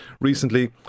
recently